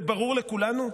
זה ברור לכולנו?